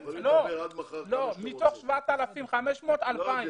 2,000 מתוך 7,500 אנשים.